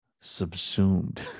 subsumed